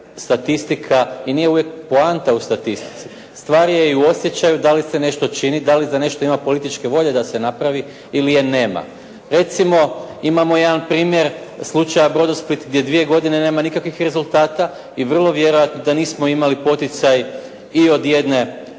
statistika i nije uvijek poanta u statistici. Stvar je i u osjećaju da li se nešto čini, da li za nešto ima političke volje da se napravi ili je nema. Recimo imamo jedan primjer slučaja „Brodosplit“ gdje dvije godine nema nikakvih rezultata i vrlo vjerojatno da nismo imali poticaj i od jedne